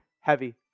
heavy